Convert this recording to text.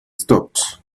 stopped